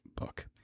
book